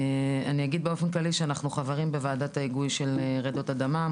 אנחנו חברים בוועדת ההיגוי של רעידות אדמה,